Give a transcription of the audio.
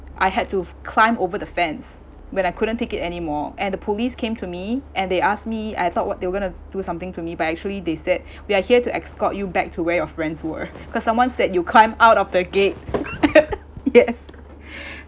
I had to f~ climb over the fence when I couldn't take it anymore and the police came to me and they asked me I thought what they were going to do something to me but actually they said we are here to escort you back to where your friends were because someone said you climb out of the gate yes